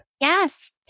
Yes